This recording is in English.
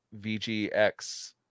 vgx